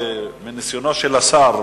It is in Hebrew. מניסיונו של השר,